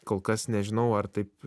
kol kas nežinau ar taip